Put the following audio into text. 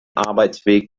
arbeitsweg